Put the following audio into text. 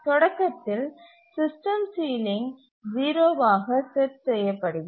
தொடக்கத்தில் system ceiling 0 ஆக set செய்யப்படுகிறது